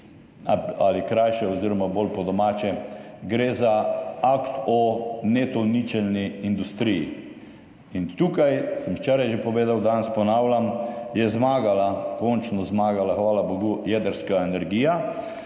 ali krajše oziroma bolj po domače, gre za Akt o neto ničelni industriji. In tukaj sem včeraj že povedal, danes ponavljam, je končno zmagala, hvala bogu, jedrska energija.